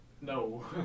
no